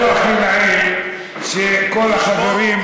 לא הכי נעים שכל החברים,